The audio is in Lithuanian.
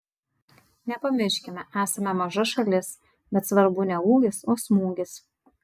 nepamirškime esame maža šalis bet svarbu ne ūgis o smūgis